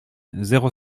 zéro